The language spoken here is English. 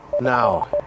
Now